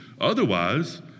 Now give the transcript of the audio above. Otherwise